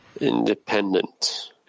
independent